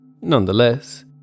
Nonetheless